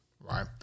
Right